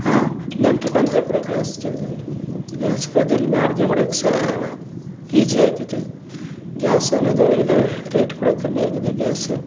ಹಾ ನೆಂಟ್ರು ಬಂದರೆ ಕೂಡ ಗ್ಯಾಸ್ ಜಲ್ದಿ ಗ್ಯಾಸ್ಗಳು ಜಲ್ದಿ ಅಡಿಗೆ ಮಾಡೋಕ್ ಸಹ ಈಜಿಯಾಗಿದೆ ಗ್ಯಾಸ್ ಅನ್ನೋದು ಇವಾಗ ರೇಟ್ ಕೂಡ ಕಮ್ಮಿಯಾಗಿದೆ ಗ್ಯಾಸು